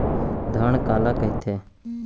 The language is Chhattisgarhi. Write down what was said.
धरण काला कहिथे?